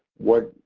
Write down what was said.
what